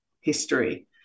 history